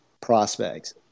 prospects